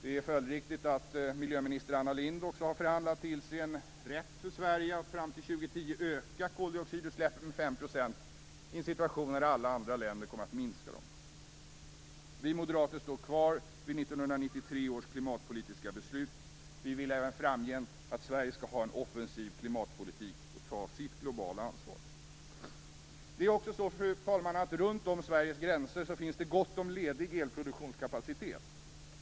Det är följdriktigt att miljöminister Anna Lindh också har förhandlat till sig en rätt för Sverige att fram till år 2010 öka koldioxidutsläppen med 5 % i en situation när alla andra länder kommer att minska dem. Vi moderater står kvar vid 1993 års klimatpolitiska beslut. Vi vill även framgent att Sverige skall ha en offensiv klimatpolitik och ta sitt globala ansvar. Fru talman! Runt om Sveriges gränser finns det gott om ledig elproduktionskapacitet.